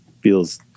feels